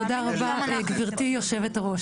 תודה רבה, גברתי היושבת-ראש.